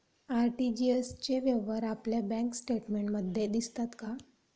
RTGS चे व्यवहार आपल्या बँक स्टेटमेंटमध्ये दिसतात का?